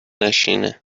نشینه